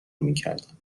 میکردند